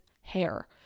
hair